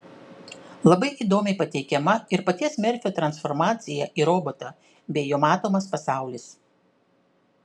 labai įdomiai pateikiama ir paties merfio transformacija į robotą bei jo matomas pasaulis